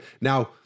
Now